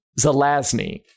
Zelazny